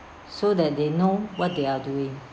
so that they know what they are doing